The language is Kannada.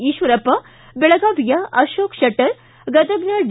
ಈಶ್ವರಪ್ಪ ಬೆಳಗಾವಿಯ ಅಶೋಕ್ ಶೆಟ್ಟರ್ ಗದಗ್ನ ಡಿ